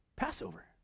Passover